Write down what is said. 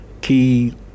key